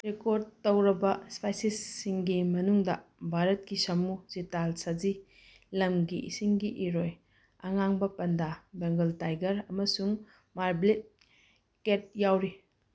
record ꯇꯧꯔꯕ ꯏꯁꯄꯥꯏꯁꯤꯁꯁꯤꯡꯒꯤ ꯃꯅꯨꯡꯗ ꯚꯥꯔꯠꯀꯤ ꯁꯃꯨ ꯆꯤꯇꯥꯜ ꯁꯖꯤ ꯂꯝꯒꯤ ꯏꯁꯤꯡꯒꯤ ꯏꯔꯣꯏ ꯑꯉꯥꯡꯕ ꯄꯟꯗꯥ ꯕꯦꯡꯒꯜ ꯇꯥꯏꯒꯔ ꯑꯃꯁꯨꯡ ꯃꯥꯔꯕ꯭ꯂꯤꯠ ꯀꯦꯠ ꯌꯥꯎꯔꯤ